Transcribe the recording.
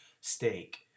steak